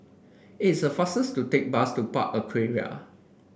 is the faster to take bus to Park Aquaria